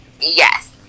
Yes